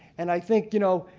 and i think, you know,